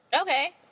Okay